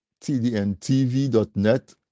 tdntv.net